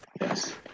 yes